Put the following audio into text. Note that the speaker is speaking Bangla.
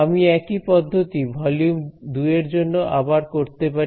আমি একই পদ্ধতি ভলিউম 2 এর জন্য আবার করতে পারি